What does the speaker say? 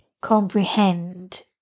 comprehend